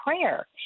prayer